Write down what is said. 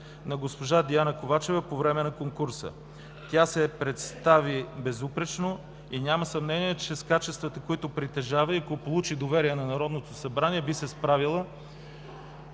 на госпожа Диана Ковачева по време на конкурса – „Тя се представи безупречно и няма съмнения, че с качествата, които притежава, и ако получи доверие на Народното събрание, би се справила